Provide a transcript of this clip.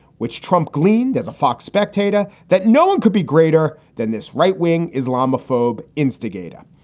which trump gleaned as a fox spectator, that no one could be greater than this right wing islamophobic instigator.